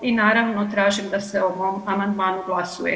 I naravno tražim da se o ovome amandmanu glasuje.